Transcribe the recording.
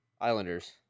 Islanders